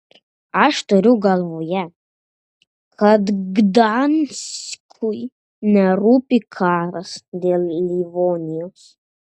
aš turiu galvoje kad gdanskui nerūpi karas dėl livonijos